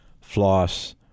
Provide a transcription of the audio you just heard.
floss